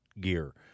gear